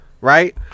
right